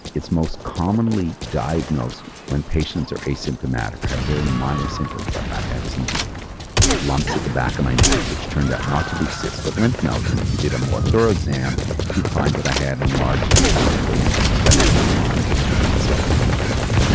it's most commonly diagnosed when patients are asymptomatic or have very minor symptoms. like i had some lumps at the back of my neck, which turned out not to be cyst, but lymph nodes. and if you did a more thorough exam you'd find that i had enlarged lymph nodes where you might expect them in the armpits or the axilla, in the groin.